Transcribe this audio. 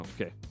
Okay